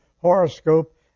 horoscope